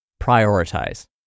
prioritize